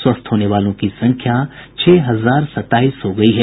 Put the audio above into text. स्वस्थ होने वालों की संख्या छह हजार सत्ताईस हो गयी है